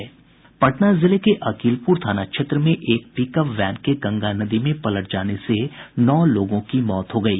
पटना जिले के अकीलप्र थाना क्षेत्र में एक पिक अप वैन के गंगा नदी में पलट जाने से नौ लोगों की मौत हो गयी